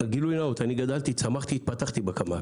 גילוי נאות: אני גדלתי, צמחתי, התפתחתי בקמ"ג.